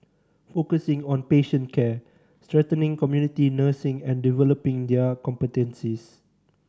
focusing on patient care strengthening community nursing and developing their competencies